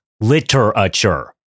literature